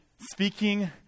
Speaking